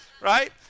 right